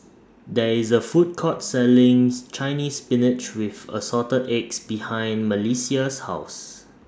There IS A Food Court Selling Chinese Spinach with Assorted Eggs behind Melissia's House